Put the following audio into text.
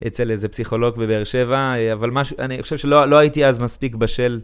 אצל איזה פסיכולוג בבאר שבע, אבל משהו... אני חושב שלא הייתי אז מספיק בשל.